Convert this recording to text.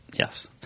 Yes